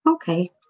Okay